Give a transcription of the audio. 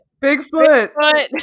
Bigfoot